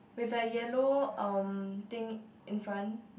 with the yellow um thing in front